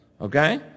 Okay